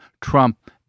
Trump